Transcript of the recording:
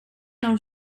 nou